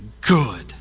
good